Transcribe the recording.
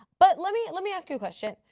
but let me let me ask you a question,